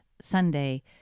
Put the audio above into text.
Sunday